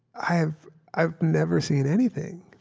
i've i've never seen anything.